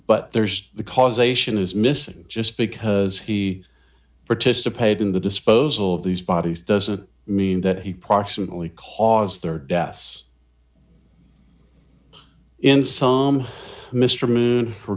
but there's the causation is missing just because he participated in the disposal of these bodies doesn't mean that he proximately cause rd deaths in some mr moon for